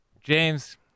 James